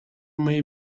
may